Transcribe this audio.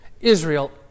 Israel